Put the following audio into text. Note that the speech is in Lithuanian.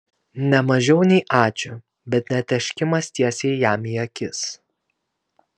ne mažiau nei ačiū bet ne tėškimas tiesiai jam į akis